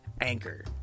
Anchor